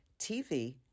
TV